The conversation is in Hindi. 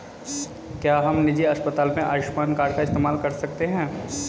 क्या हम निजी अस्पताल में आयुष्मान कार्ड का इस्तेमाल कर सकते हैं?